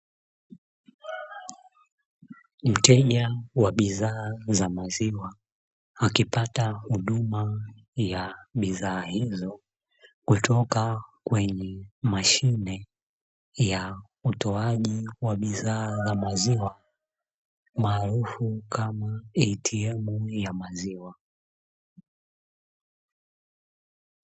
Mteja wa bidhaa za maziwa akipata huduma ya bidhaa hizo kutoka kwenye mashine ya utoaji wa bidhaa za maziwa, maarufu kama ATM ya maziwa.